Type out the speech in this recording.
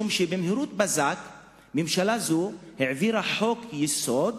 משום שבמהירות בזק ממשלה זו העבירה חוק-יסוד